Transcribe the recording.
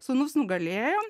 sūnus nugalėjo